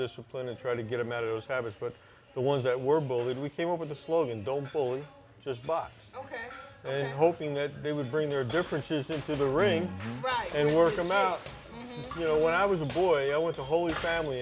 discipline and try to get them out of those habits but the ones that were bullied we came up with the slogan don't bully just but hoping that they would bring their differences into the ring right and work them out you know when i was a boy i want the whole family